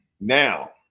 Now